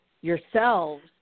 yourselves